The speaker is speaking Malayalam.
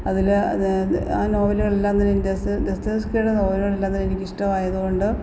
അതിൽ ആ നോവലുകളെല്ലാം തന്നെ ദൊസ് ദൊസ്തോവസ്ക്യയുടെ നോവലുകളെല്ലാം തന്നെ എനിക്കിഷ്ടവായതുകൊണ്ട്